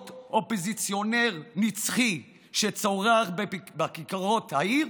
להיות אופוזיציונר נצחי שצורח בכיכרות העיר?